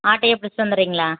ஆட்டையே பிடிச்சிட்டு வந்துடுறீங்களா